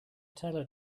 teller